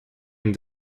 and